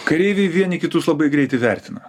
kareiviai vieni kitus labai greit įvertina